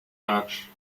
match